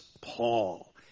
Paul